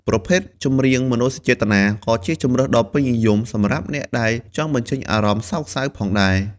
ប្រភេទចម្រៀងមនោសញ្ចេតនា ក៏ជាជម្រើសដ៏ពេញនិយមសម្រាប់អ្នកដែលចង់បញ្ចេញអារម្មណ៍សោកសៅផងដែរ។